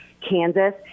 Kansas